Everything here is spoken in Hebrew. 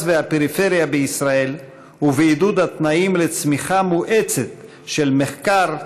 והפריפריה בישראל ובעידוד התנאים לצמיחה מואצת של מחקר,